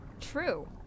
True